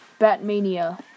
Batmania